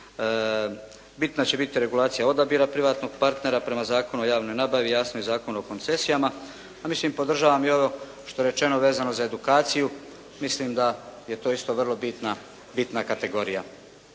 Bitna će biti regulacija odabira privatnog partnera prema Zakonu o javnoj nabavi, jasno i Zakonu o koncesijama. A mislim podržavam i ovo što je rečeno vezano za edukaciju. Mislim da je to isto vrlo bitna, bitna kategorija.